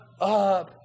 up